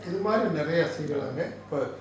இதுமாரி நிறய:ithumari niraya